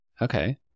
Okay